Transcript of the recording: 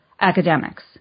academics